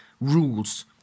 rules